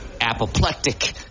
apoplectic